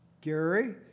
Gary